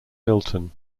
milton